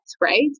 right